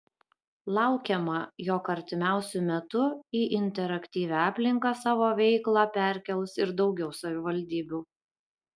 laukiama jog artimiausiu metu į interaktyvią aplinką savo veiklą perkels ir daugiau savivaldybių